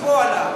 המספוא עלה.